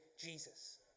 Jesus